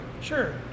Sure